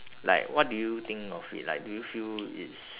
like what do you think of it like do you feel it's